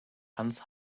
hans